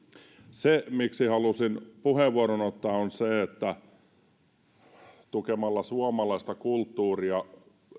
se miksi halusin puheenvuoron ottaa on se että tukemalla suomalaista kulttuuria